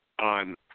on